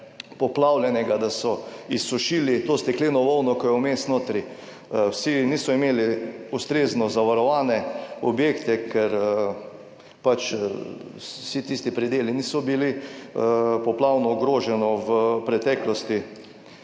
poplavljenega, da so izsušili to stekleno volno, ki je vmes notri. Vsi niso imeli ustrezno zavarovane objekte, ker vsi tisti predeli niso bili 11. TRAK: (VP)